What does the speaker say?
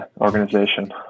organization